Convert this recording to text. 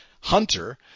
Hunter